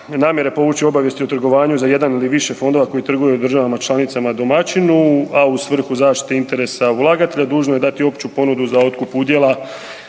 namjere povući obavijesti o trgovanju za jedan ili više fondova koji trguju u državama članicama domaćinu, a u svrhu zaštite interesa ulagatelja dužno je dati opću ponudu za otkup udjela